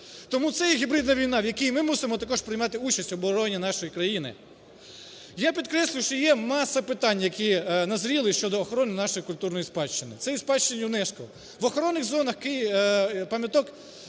Тому це є гібридна війна, в якій ми мусимо також приймати участь, в обороні нашої країни. Я підкреслюю, що є маса питань, які назріли щодо охорони нашої культурної спадщини. Це є спадщина ЮНЕСКО. В охоронних зонах пам'яток,